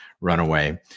runaway